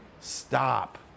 stop